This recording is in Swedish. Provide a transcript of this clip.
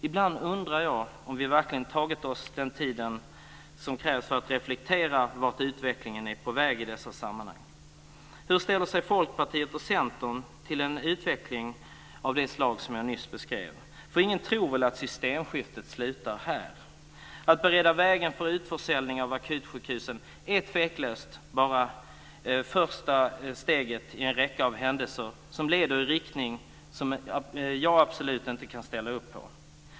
Ibland undrar jag om vi verkligen har tagit oss den tid som krävs för att reflektera över vart utvecklingen är på väg i dessa sammanhang. Hur ställer sig Folkpartiet och Centern till en utveckling av det slag som jag nyss beskrev - ingen tror väl att systemskiftet slutar här? Att bereda väg för utförsäljning av akutsjukhusen är tveklöst bara första steget i en räcka av händelser som leder i en riktning som jag absolut inte kan ställa upp på.